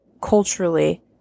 culturally